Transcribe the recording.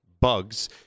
bugs